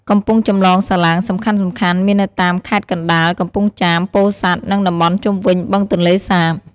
កំពង់ចម្លងសាឡាងសំខាន់ៗមាននៅតាមខេត្តកណ្ដាល កំពង់ចាម ពោធិ៍សាត់ និងតំបន់ជុំវិញបឹងទន្លេសាប។